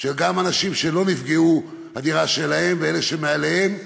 של אנשים שלא נפגעה הדירה שלהם, ואלה שמעליהם.